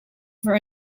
for